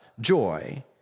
joy